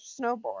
snowboard